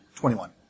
Twenty-one